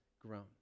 grown